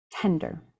tender